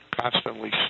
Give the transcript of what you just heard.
constantly